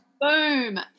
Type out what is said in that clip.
Boom